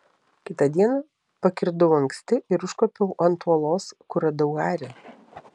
kitą dieną pakirdau anksti ir užkopiau ant uolos kur radau harį